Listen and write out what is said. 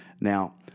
Now